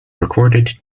recorded